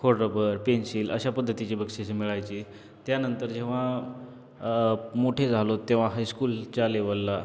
खोडरबर pencil अशा पद्धतीचे बक्षिसं मिळायची त्यानंतर जेव्हा मोठे झालो तेव्हा हायस्कूलच्या लेवलला